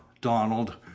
donald